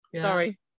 sorry